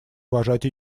уважать